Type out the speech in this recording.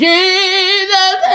Jesus